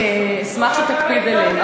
אשמח אם תקפיד עליהם.